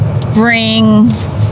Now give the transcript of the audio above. bring